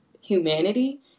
humanity